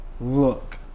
look